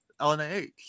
LNAH